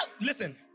listen